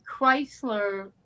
Chrysler